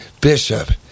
Bishop